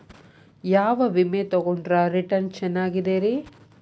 ಯಾವ ವಿಮೆ ತೊಗೊಂಡ್ರ ರಿಟರ್ನ್ ಚೆನ್ನಾಗಿದೆರಿ?